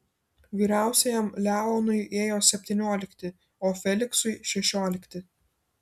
vyriausiajam leonui ėjo septyniolikti o feliksui šešiolikti